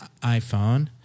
iPhone